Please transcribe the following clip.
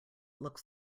looks